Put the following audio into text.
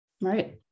Right